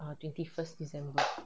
ah twenty first december